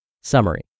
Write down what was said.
Summary